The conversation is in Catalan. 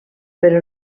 però